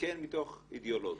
שמתוך אידיאולוגיה,